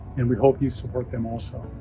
and we hope you support them, also,